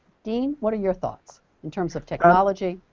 dean what are your thoughts in terms of technology